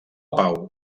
pau